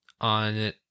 on